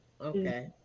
Okay